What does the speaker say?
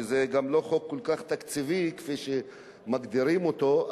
כי זה גם לא חוק כל כך תקציבי, שמגדירים אותו.